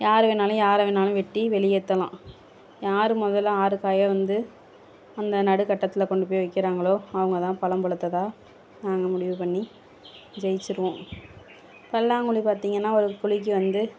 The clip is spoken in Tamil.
யார் வேணாலும் யாரை வேணாலும் வெட்டி வெளியேற்றலாம் யார் மொதலில் ஆறு காயை வந்து அந்த நடுக்கட்டத்தில் கொண்டு போய் வைக்கிறாங்களோ அவங்கதான் பழம்பழுத்ததாக நாங்கள் முடிவு பண்ணி ஜெயிச்சுடுவோம் பல்லாங்குழி பார்த்தீங்கன்னா ஒரு குழிக்கு வந்து